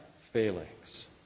failings